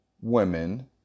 women